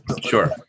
Sure